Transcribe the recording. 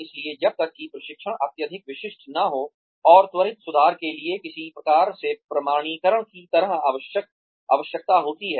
इसलिए जब तक कि प्रशिक्षण अत्यधिक विशिष्ट न हो और त्वरित सुधार के लिए किसी प्रकार के प्रमाणीकरण की तरह आवश्यकता होती है